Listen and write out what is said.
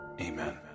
Amen